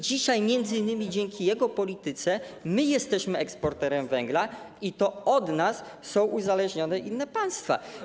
Dzisiaj m.in. dzięki jego polityce jesteśmy eksporterem węgla i to od nas uzależnione są inne państwa.